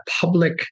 public